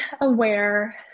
aware